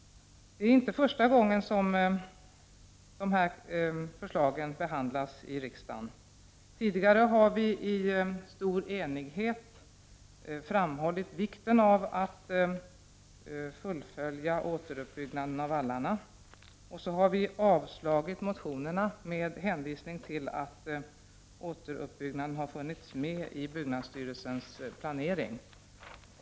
Det är inte första gången dessa förslag behandlas i riksdagen. Tidigare har vi i stor enighet framhållit vikten av att fullfölja återuppbyggnaden av vallarna. Vi har avslagit motionerna med hänvisning till att återuppbyggnaden har funnits med i byggnadsstyrelsens planering.